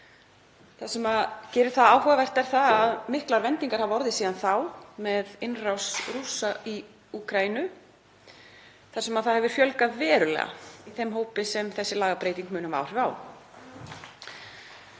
Það sem gerir það áhugavert er að miklar vendingar hafa orðið síðan þá með innrás Rússa í Úkraínu og það hefur fjölgað verulega í þeim hópi sem þessi lagabreyting mun hafa áhrif á.